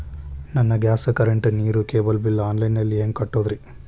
ನನ್ನ gas, current, ನೇರು, cable bill online ನಲ್ಲಿ ಹೆಂಗ್ ಕಟ್ಟೋದ್ರಿ?